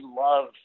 love